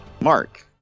Mark